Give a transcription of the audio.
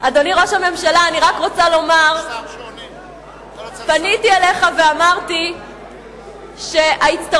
אני רק רוצה לומר שפניתי אליך ואמרתי שההצטרפות